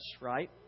right